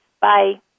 Bye